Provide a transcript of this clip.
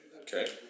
Okay